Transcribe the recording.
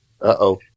Uh-oh